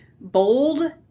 bold